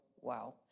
Wow